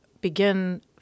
begin